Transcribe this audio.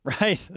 Right